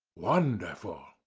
wonderful!